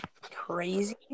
crazy